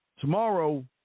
tomorrow